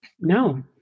No